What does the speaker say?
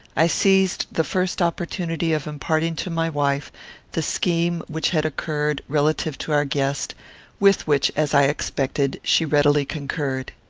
i seized the first opportunity of imparting to my wife the scheme which had occurred, relative to our guest with which, as i expected, she readily concurred.